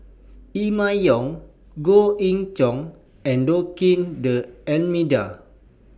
Emma Yong Goh Ee Choo and Joaquim D'almeida